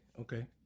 okay